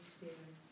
Spirit